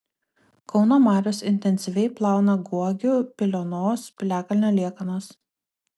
kauno marios intensyviai plauna guogių piliuonos piliakalnio liekanas